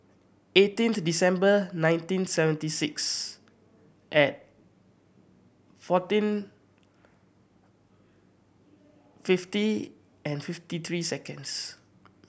eighteenth December nineteen seventy six and fourteen fifty and fifty three seconds